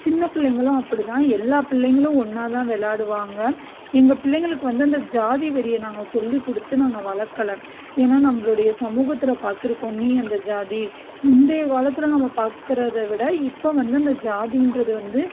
சின்னப் பிள்ளைங்களும் அப்படிதான் எல்லா பிள்ளைங்களும் ஒன்றாதான் விளாடுவாங்க எங்கள் பிள்ளைங்களுக்கு வந்து அந்த ஜாதி வெறியை நாங்கள் சொல்லிக் கொடுத்து நாங்கள் வளர்க்கல ஏன்னால் நம்மளோடைய சமூகத்தில் பார்த்துருக்கோம் நீ அந்த ஜாதி முந்தைய காலத்தில் நம்ம பார்க்குறத விட இப்போ வந்து அந்த ஜாதிங்றது வந்து